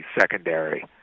secondary